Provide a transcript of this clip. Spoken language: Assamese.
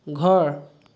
ঘৰ